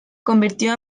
convirtió